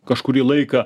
kažkurį laiką